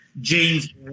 James